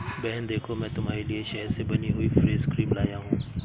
बहन देखो मैं तुम्हारे लिए शहद से बनी हुई फेस क्रीम लाया हूं